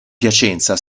piacenza